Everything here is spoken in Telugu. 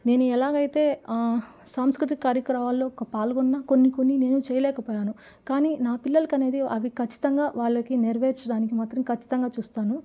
నేను ఎలాగైతే సాంస్కృతిక కార్యక్రమాల్లో పాల్గొన్న కొన్ని కొన్ని నేను చేయలేకపోయాను కానీ నా పిల్లలకు అనేది అవి ఖచ్చితంగా వాళ్ళకి నెరవేర్చడానికి మాత్రం ఖచ్చితంగా చూస్తాను